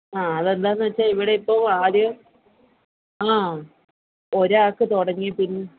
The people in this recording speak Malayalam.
ആ അത് എന്താണെന്ന് വെച്ചാൽ ഇവിടെ ഇപ്പോൾ ആര് ആ ഒരാൾക്ക് തുടങ്ങി പിൻ